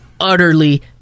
utterly